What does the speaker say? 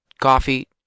coffee